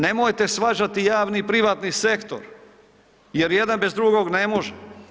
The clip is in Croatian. Nemojte svađati javni i privatni sektor jer jedan bez drugog ne može.